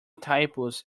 typos